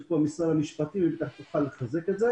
פה שמרית ממשרד המשפטים והיא תוכל לחזק את זה